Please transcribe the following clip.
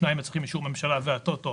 שניים מצריכים אישור ממשלה והטוטו